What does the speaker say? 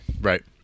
Right